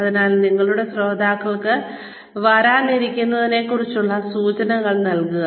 അതിനാൽ നിങ്ങളുടെ ശ്രോതാക്കൾക്ക് വരാനിരിക്കുന്നതിനെക്കുറിച്ചുള്ള സൂചനകൾ നൽകുക